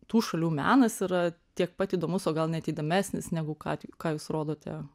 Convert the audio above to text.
tų šalių menas yra tiek pat įdomus o gal net įdomesnis negu ką ti ką jūs rodote